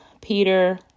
Peter